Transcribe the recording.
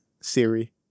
Siri